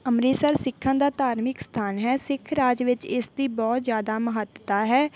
ਅੰਮ੍ਰਿਤਸਰ ਸਿੱਖਾਂ ਦਾ ਧਾਰਮਿਕ ਸਥਾਨ ਹੈ ਸਿੱਖ ਰਾਜ ਵਿੱਚ ਇਸ ਦੀ ਬਹੁਤ ਜ਼ਿਆਦਾ ਮਹੱਤਤਾ ਹੈ